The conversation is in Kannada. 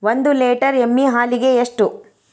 ಒಂದು ಲೇಟರ್ ಎಮ್ಮಿ ಹಾಲಿಗೆ ಎಷ್ಟು?